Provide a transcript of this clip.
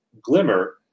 Glimmer